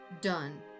done